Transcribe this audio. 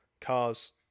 cars